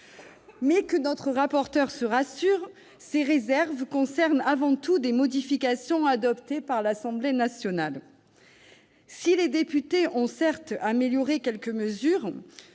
Que notre rapporteur se rassure : ces réserves concernent avant tout des modifications adoptées par l'Assemblée nationale ! En effet, si les députés ont amélioré quelques mesures,